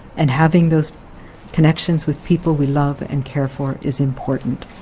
and having those connections with people we love and care for is important.